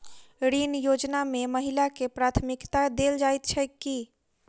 ऋण योजना मे महिलाकेँ प्राथमिकता देल जाइत छैक की?